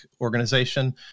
organization